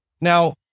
Now